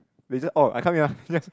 they just oh I come in ah